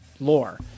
lore